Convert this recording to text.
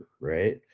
right